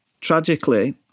tragically